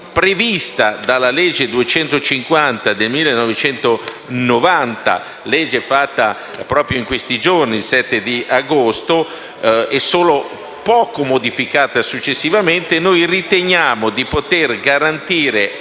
previste dalla legge n. 250 del 1990 (legge fatta proprio in questi giorni, il 7 agosto, e poco modificata successivamente). Riteniamo di poter garantire ai